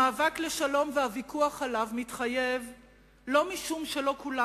המאבק לשלום והוויכוח עליו מתחייבים לא משום שלא כולם